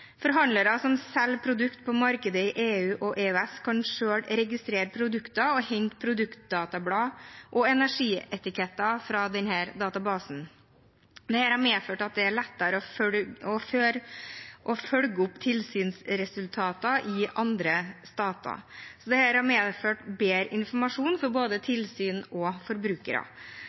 Forhandlere som selger produkter på markedet i EU og EØS, kan selv registrere produkter og hente produktdatablad og energietikett fra denne databasen. Dette har medført at det er lettere å følge opp tilsynsresultatene i andre stater. Så dette har medført bedre informasjon for både tilsyn og forbrukere.